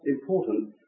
important